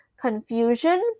confusion